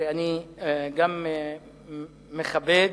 שאני מכבד,